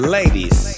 ladies